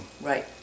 Right